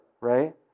right